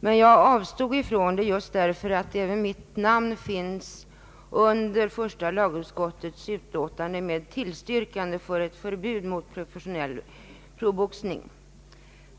men jag avstod därför att mitt namn finns under första lagutskottets utlåtande med tillstyrkande av ett förbud mot professionell boxning.